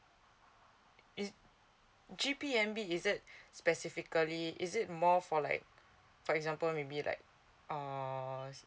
g p m b is it specifically is it more for like for example maybe like orh